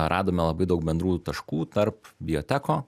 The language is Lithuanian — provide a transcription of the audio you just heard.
radome labai daug bendrų taškų tarp bioteko